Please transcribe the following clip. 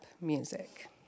music